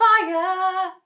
fire